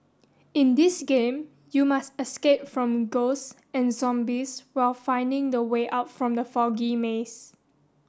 in this game you must escape from ghost and zombies while finding the way out from the foggy maze